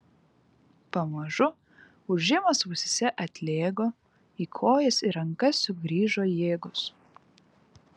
pamažu ūžimas ausyse atlėgo į kojas ir rankas sugrįžo jėgos